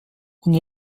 und